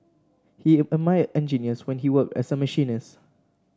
he admired engineers when he worked as a machinist